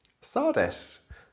Sardis